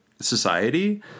society